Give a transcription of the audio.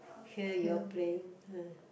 hear you all playing uh